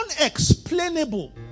unexplainable